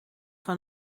van